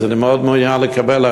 אז אני מאוד מעוניין לקבל.